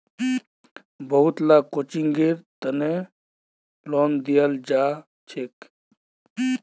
बहुत ला कोचिंगेर तने लोन दियाल जाछेक